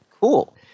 Cool